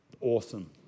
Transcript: awesome